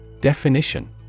Definition